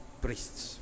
priests